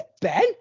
Ben